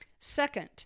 Second